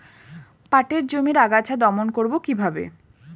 পাটের জমির আগাছা দমন করবো কিভাবে?